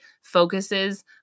focuses